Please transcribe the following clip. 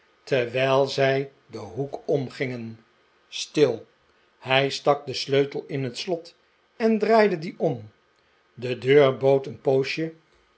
terwijl zij den hoek omgingen stil hij stak den sleutel in het slot en draaide dien om de deur bood een